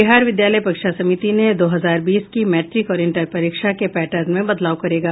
बिहार विद्यालय परीक्षा समिति ने दो हजार बीस की मैट्रिक और इंटर परीक्षा के पैटर्न में बदलाव करेगा